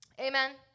Amen